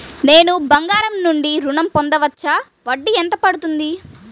నేను బంగారం నుండి ఋణం పొందవచ్చా? వడ్డీ ఎంత పడుతుంది?